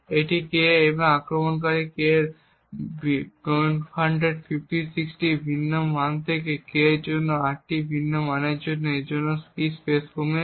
এই key k এইভাবে আক্রমণকারী k এর 256 টি ভিন্ন মান থেকে k এর জন্য মাত্র 8 টি ভিন্ন মানের জন্য এর জন্য কী স্পেস কমিয়েছে